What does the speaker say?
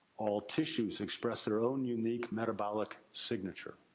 all tissues express their own unique metabolic signature.